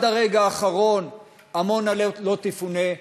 עד הרגע האחרון שעמונה לא תפונה.